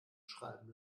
schreiben